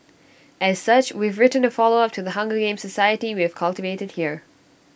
as such we've written A follow up to the hunger games society we have cultivated here